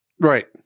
Right